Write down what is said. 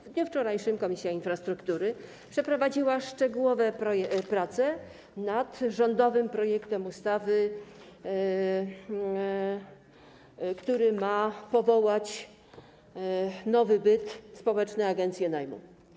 Wczoraj Komisja Infrastruktury przeprowadziła szczegółowe prace nad rządowym projektem ustawy, który ma powołać nowy byt - społeczne agencje najmu.